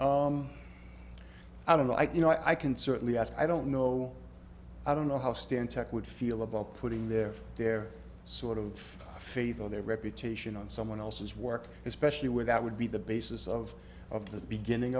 i don't like you know i can certainly ask i don't know i don't know how stan tech would feel about putting their their sort of faith or their reputation on someone else's work especially when that would be the basis of of the beginning